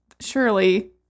Surely